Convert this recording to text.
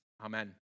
Amen